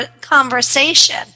conversation